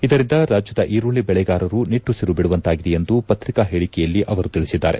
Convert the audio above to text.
ಇದರಿಂದ ರಾಜ್ಯದ ಈರುಳ್ಳಿ ಬೆಳೆಗಾರರು ನಿಟ್ಟುಸಿರು ಬಿಡುವಂತಾಗಿದೆ ಎಂದು ಪತ್ರಿಕಾ ಹೇಳಿಕೆಯಲ್ಲಿ ಅವರು ತಿಳಿಸಿದ್ದಾರೆ